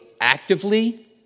actively